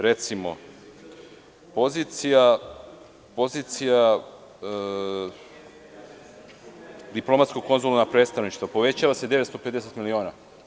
Recimo, pozicija – diplomatsko-konzularna predstavništva, povećava se 950 miliona.